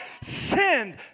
send